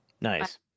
Nice